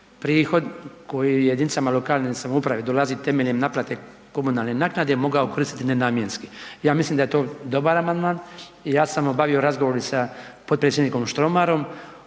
prihod koji jedinicama lokalne samouprave dolazi temeljem naplate komunalne naknade mogao koristiti nenamjenski. Ja mislim da je to dobar amandman i ja sam obavio razgovor i sa potpredsjednikom Štromarom,